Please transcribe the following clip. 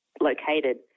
located